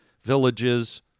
villages